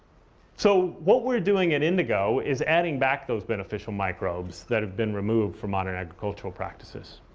so what we're doing at indigo is adding back those beneficial microbes that have been removed from modern agricultural practices.